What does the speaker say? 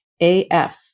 AF